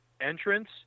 entrance